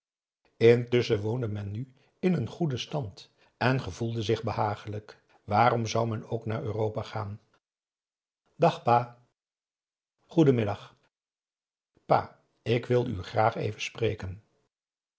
intusschen woonde men nu in een goeden stand en gevoelde zich behaaglijk waarom zou men ook naar europa gaan dag pa goeden middag pa ik wilde u graag even spreken